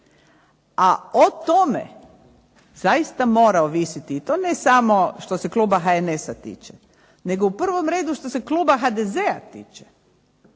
A o tome zaista mora ovisiti i to ne samo što se kluba HNS-a tiče, nego u prvom redu što se kluba HDZ-a tiče.